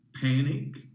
panic